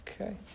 okay